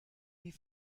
wie